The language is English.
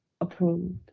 approved